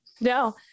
no